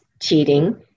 cheating